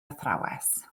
athrawes